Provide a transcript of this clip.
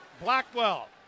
Blackwell